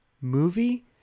movie